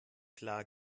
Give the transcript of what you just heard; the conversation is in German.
klar